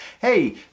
hey